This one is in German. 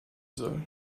soll